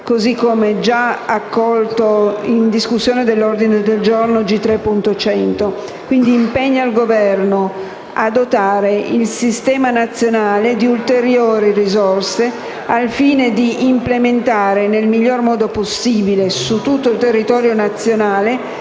(così come già accolta in discussione dell'ordine del giorno G3.100): «impegna il Governo a dotare il Sistema nazionale di ulteriori risorse al fine di implementare nel miglior modo possibile su tutto il territorio nazionale